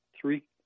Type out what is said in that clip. three